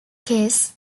case